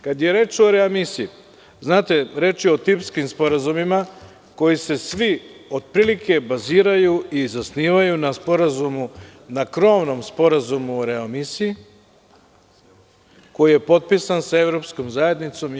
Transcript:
Kada je reč o readmisiji, reč je o tipskim sporazumima koji se svi otprilike baziraju i zasnivaju na krovnom sporazumu o readmisiji koji je potpisan sa evropskom zajednicom i EU.